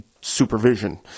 supervision